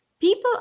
people